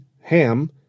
Ham